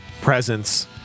presence